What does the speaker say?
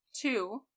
Two